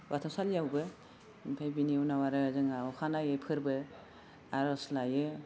बाथौ सालिआवबो आमफाय बिनि उनाव आरो जोंहा अखा नायै फोरबो आर'ज लायो